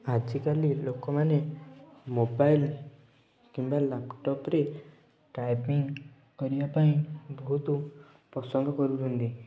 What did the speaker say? ଆଜିକାଲି ଲୋକମାନେ ମୋବାଇଲ୍ କିମ୍ବା ଲାପଟପ୍ରେ ଟାଇପିଂ କରିବା ପାଇଁ ବହୁତ ପସନ୍ଦ କରୁଛନ୍ତି